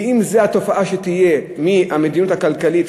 ואם זו התופעה שתהיה מהמדיניות הכלכלית,